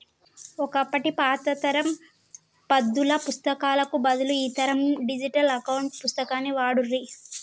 ఒకప్పటి పాత తరం పద్దుల పుస్తకాలకు బదులు ఈ తరం డిజిటల్ అకౌంట్ పుస్తకాన్ని వాడుర్రి